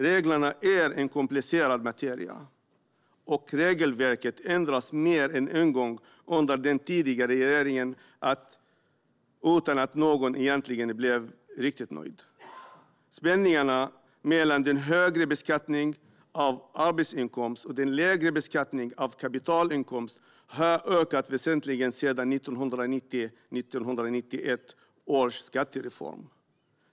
Reglerna är en komplicerad materia, och regelverket ändrades mer än en gång under den tidigare regeringen utan att någon egentligen blev riktigt nöjd. Spänningarna mellan den högre beskattningen av arbetsinkomst och den lägre beskattningen av kapitalinkomst har ökat väsentligt sedan 1990-1991 års skattereform.